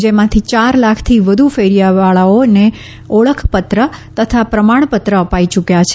જેમાંથી યાર લાખ થી વધુ ફેરીયાવાળાઓને ઓળખપત્ર તથા પ્રમાણપત્ર અપાઈ યૂક્યા છે